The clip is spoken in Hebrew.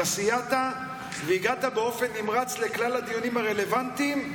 אתה סייעת והגעת באופן נמרץ לכלל הדיונים הרלוונטיים,